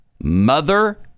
Mother